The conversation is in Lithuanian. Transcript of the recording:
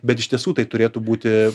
bet iš tiesų tai turėtų būti